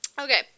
okay